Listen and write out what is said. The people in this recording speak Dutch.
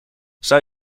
zou